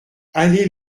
allée